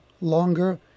longer